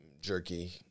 jerky